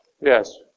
yes